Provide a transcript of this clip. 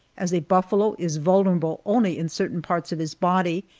as a buffalo is vulnerable only in certain parts of his body,